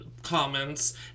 comments